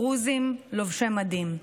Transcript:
דרוזים לובשי מדים.